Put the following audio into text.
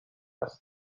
است